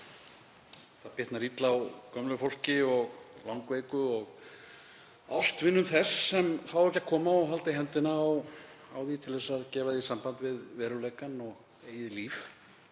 Það bitnar illa á gömlu fólki og langveiku og ástvinum þess sem fá ekki að koma og halda í höndina á því til þess að gefa því samband við veruleikann og eigið líf.